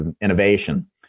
innovation